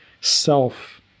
self